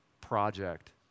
project